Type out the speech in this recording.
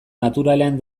naturalean